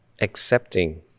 accepting